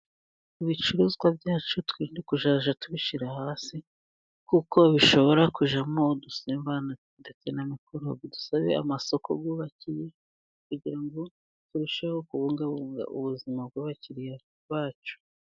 Ibicuruzwa byacu twirinde kuzajya tubishyira hasi, kuko bishobora kujyamo udusimba ndetse na mamikorobe. Dusabe amasoko yubakiye, kugira ngo turusheho kubungabunga ubuzima bw'abakiriya bacu.